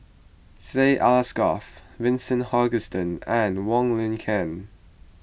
Syed Alsagoff Vincent Hoisington and Wong Lin Ken